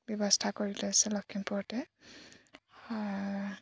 ব্যৱস্থা কৰি লৈছে লখিমপুৰতে